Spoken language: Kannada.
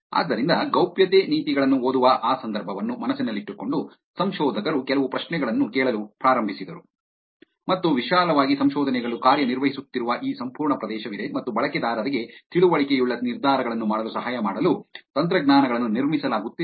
ಆದ್ದರಿಂದ ಗೌಪ್ಯತೆ ನೀತಿಗಳನ್ನು ಓದುವ ಆ ಸಂದರ್ಭವನ್ನು ಮನಸ್ಸಿನಲ್ಲಿಟ್ಟುಕೊಂಡು ಸಂಶೋಧಕರು ಕೆಲವು ಪ್ರಶ್ನೆಗಳನ್ನು ಕೇಳಲು ಪ್ರಾರಂಭಿಸಿದರು ಮತ್ತು ವಿಶಾಲವಾಗಿ ಸಂಶೋಧನೆಗಳು ಕಾರ್ಯನಿರ್ವಹಿಸುತ್ತಿರುವ ಈ ಸಂಪೂರ್ಣ ಪ್ರದೇಶವಿದೆ ಮತ್ತು ಬಳಕೆದಾರರಿಗೆ ತಿಳುವಳಿಕೆಯುಳ್ಳ ನಿರ್ಧಾರಗಳನ್ನು ಮಾಡಲು ಸಹಾಯ ಮಾಡಲು ತಂತ್ರಜ್ಞಾನಗಳನ್ನು ನಿರ್ಮಿಸಲಾಗುತ್ತಿದೆ